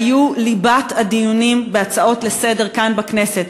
היו ליבת הדיונים בהצעות לסדר-היום כאן בכנסת.